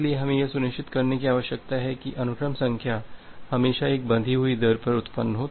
इसलिए हमें यह सुनिश्चित करने की आवश्यकता है कि अनुक्रम संख्या हमेशा एक बंधी हुई दर पर उत्पन्न हो